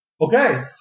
Okay